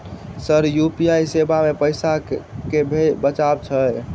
Sir UPI सेवा मे पैसा केँ बचाब छैय?